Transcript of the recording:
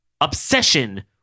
obsession